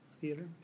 Theater